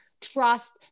trust